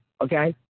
okay